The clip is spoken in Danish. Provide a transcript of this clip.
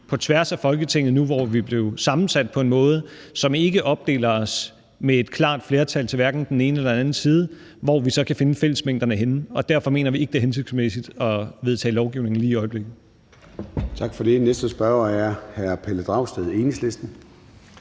på tværs af Folketinget, nu hvor vi er blevet sammensat på en måde, som ikke opdeler os med et klart flertal til hverken den ene eller den anden side, så kan finde fællesmængderne. Derfor mener vi ikke, det er hensigtsmæssigt at vedtage lovgivning lige i øjeblikket. Kl. 13:47 Formanden (Søren Gade): Tak for det. Næste spørger er hr. Pelle Dragsted, Enhedslisten.